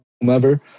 whomever